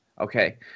okay